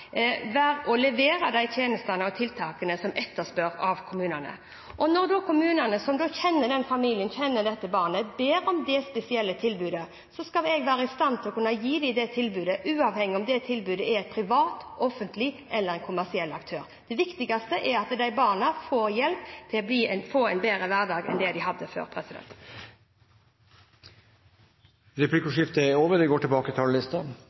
være å levere de tjenestene og tiltakene som kommunene etterspør. Når kommunene – som kjenner den familien, kjenner dette barnet – ber om det spesielle tilbudet, skal jeg være i stand til å kunne gi dem det tilbudet, uavhengig av om det tilbys fra en privat, offentlig eller kommersiell aktør. Det viktigste er at de barna får hjelp til å få en bedre hverdag enn det de hadde før. Replikkordskiftet er omme. Barnevern er å gi svake grupper av ungdom større frihet. Det